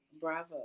bravo